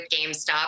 GameStop